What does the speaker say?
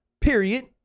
period